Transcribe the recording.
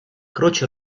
croce